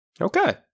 Okay